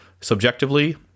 subjectively